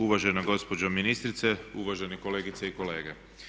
Uvažena gospođo ministrice, uvažene kolegice i kolege.